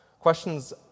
Questions